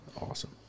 Awesome